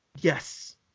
yes